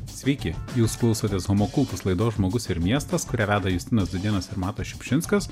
sveiki jūs klausotės homo kultas laidos žmogus ir miestas kurią veda justinas dūdėnas ir matas šiupšinskas